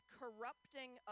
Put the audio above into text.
corrupting